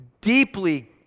deeply